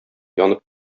янып